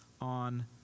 on